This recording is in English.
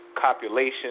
copulation